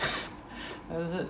但是